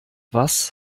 was